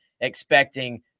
expecting